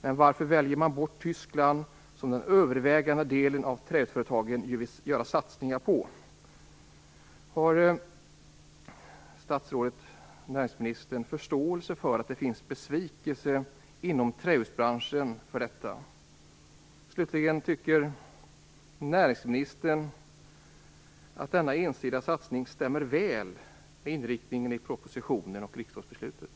Men varför väljer man bort Tyskland som den övervägande delen av trähusföretagen vill göra satsningar på? Har statsrådet och näringsministern förståelse för att det finns besvikelse inom trähusbranschen för detta? Slutligen vill jag fråga följande. Tycker näringsministern att denna ensidiga satsning stämmer väl med inriktningen i propositionen och riksdagsbeslutet?